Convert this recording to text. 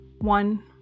one